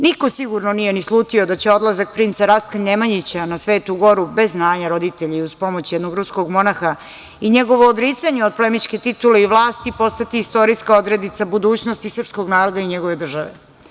Niko sigurno nije ni slutio da će odlazak princa Rastka Nemanjića na Svetu goru bez znanja roditelja i uz pomoć jednog ruskog monaha i njegovo odricanje od plemićke titule i vlasti postati istorijska odrednica budućnosti srpskog naroda i njegove države.